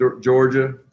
Georgia